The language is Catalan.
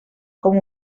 com